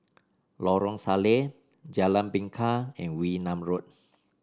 Lorong Salleh Jalan Bingka and Wee Nam Road